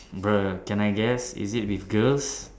bro can I guess is it with girls